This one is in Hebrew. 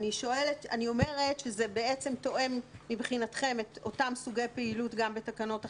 אני אומרת שזה בעצם תואם מבחינתכם את אותם סוגי פעילות גם בתקנות אחרות,